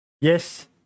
yes